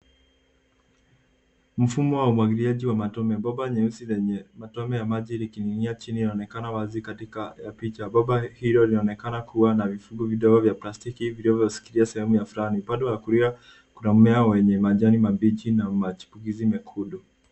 Mfumo wa umwagiliaji wa matone. Bomba nyeusi yenye matone ya maji ikininginia chini inaonekana wazi katika picha. Bomba hilo linaonekana kuwa na vifuniko vidogo vya plastiki viivyoshikilia sehemu fulani. Upande wa kulia kuna mmea wenye majani mabichi na machipukizi mekundu.